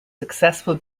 successful